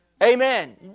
Amen